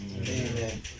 Amen